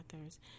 authors